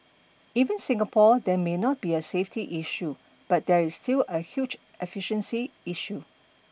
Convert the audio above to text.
even Singapore there may not be a safety issue but there is still a huge efficiency issue